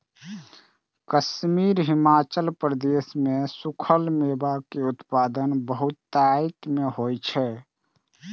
कश्मीर, हिमाचल प्रदेश मे सूखल मेवा के उत्पादन बहुतायत मे होइ छै